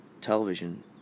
television